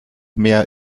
mehr